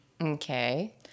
Okay